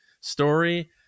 story